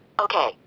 Okay